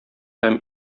һәм